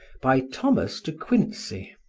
by thomas de quincey